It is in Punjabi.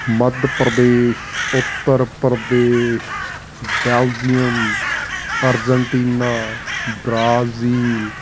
Madhya Pradesh Uttar Pradesh Belgium Argentina Brazil